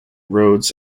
rhodes